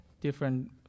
different